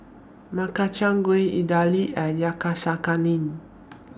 Makchang Gui Idili and Yakizakana